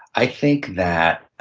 i think that